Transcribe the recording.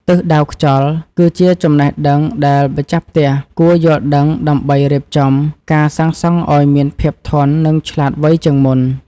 ទិសដៅខ្យល់ គឺជាចំណេះដឹងដែលម្ចាស់ផ្ទះគួរយល់ដឹងដើម្បីរៀបចំការសាងសង់ឱ្យមានភាពធន់ និងឆ្លាតវៃជាងមុន។